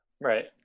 right